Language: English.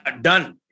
done